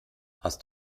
hast